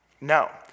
No